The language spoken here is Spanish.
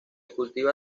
cultiva